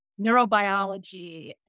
neurobiology